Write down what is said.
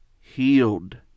healed